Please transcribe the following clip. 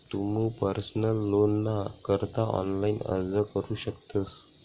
तुमू पर्सनल लोनना करता ऑनलाइन अर्ज करू शकतस